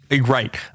Right